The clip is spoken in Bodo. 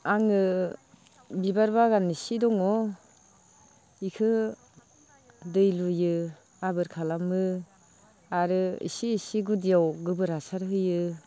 आङो बिबार बागान इसे दङ बिखो दै लुयो आबोर खालामो आरो इसे इसे गुदियाव गोबोर हासार होयो